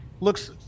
looks